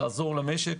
לעזור למשק.